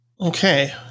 okay